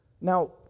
now